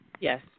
Yes